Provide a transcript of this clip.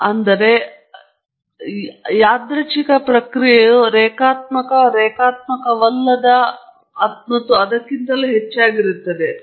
ಅಥವಾ ಆಧಾರವಾಗಿರುವ ಯಾದೃಚ್ಛಿಕ ಪ್ರಕ್ರಿಯೆಯು ರೇಖಾತ್ಮಕ ರೇಖಾತ್ಮಕವಲ್ಲದ ಮತ್ತು ಅದಕ್ಕಿಂತಲೂ ಹೆಚ್ಚಾಗಿರುತ್ತದೆ